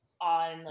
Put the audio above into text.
on